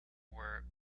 were